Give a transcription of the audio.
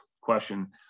question